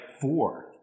four